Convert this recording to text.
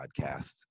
podcasts